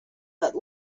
but